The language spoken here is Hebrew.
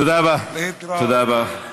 תודה רבה.